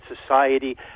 society